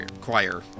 Choir